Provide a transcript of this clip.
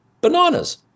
bananas